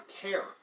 care